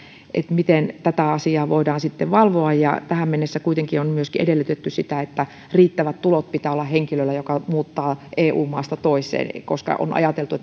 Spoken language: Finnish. miten tätä asiaa voidaan sitten valvoa tähän mennessä kuitenkin on myöskin edellytetty sitä että riittävät tulot pitää olla henkilöllä joka muuttaa eu maasta toiseen koska on ajateltu